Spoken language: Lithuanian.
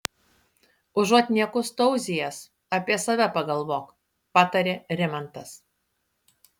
užuot niekus tauzijęs apie save pagalvok patarė rimantas